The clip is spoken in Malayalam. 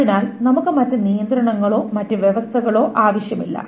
അതിനാൽ നമുക്ക് മറ്റ് നിയന്ത്രണങ്ങളോ മറ്റ് വ്യവസ്ഥകളോ ആവശ്യമില്ല